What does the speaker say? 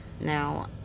Now